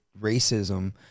racism